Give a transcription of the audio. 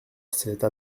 cette